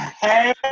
Hey